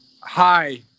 hi